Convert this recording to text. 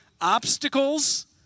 obstacles